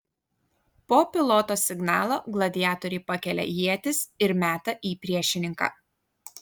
po piloto signalo gladiatoriai pakelia ietis ir meta į priešininką